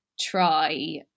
try